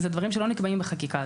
זה דברים שלא נקבעים בחקיקה.